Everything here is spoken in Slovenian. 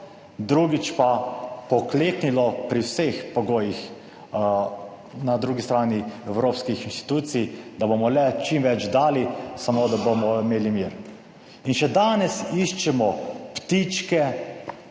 drugič pa pokleknilo pri vseh pogojih na drugi strani evropskih inštitucij, da bomo le čim več dali, samo da bomo imeli mir in še danes iščemo ptičke,